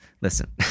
Listen